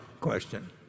question